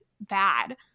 bad